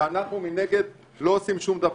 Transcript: ואנחנו מגד לא עושים שום דבר.